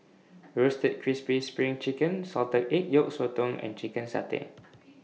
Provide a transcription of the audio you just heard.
Roasted Crispy SPRING Chicken Salted Egg Yolk Sotong and Chicken Satay